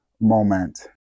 moment